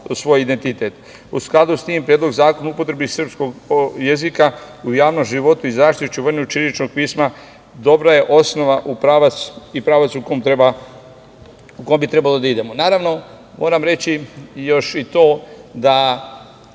svoj identitet. U skladu sa tim Predlog Zakona o upotrebi srpskog jezika u javnom životu i zaštiti i očuvanju ćiriličnog pisma dobra je osnova i pravac u kome bi trebalo da idemo. Naravno, moram reći još i to da